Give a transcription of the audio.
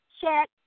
check